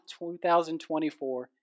2024